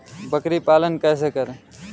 बकरी पालन कैसे करें?